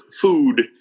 food